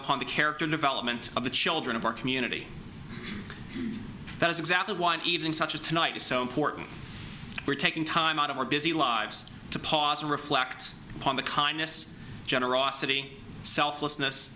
upon the character development of the children of our community that is exactly one evening such as tonight is so important we're taking time out of our busy lives to pause and reflect upon the kindness generosity selflessness